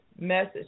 message